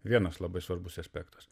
vienas labai svarbus espektas